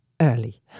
early